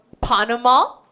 Panama